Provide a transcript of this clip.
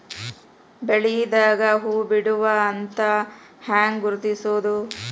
ಬೆಳಿದಾಗ ಹೂ ಬಿಡುವ ಹಂತ ಹ್ಯಾಂಗ್ ಗುರುತಿಸೋದು?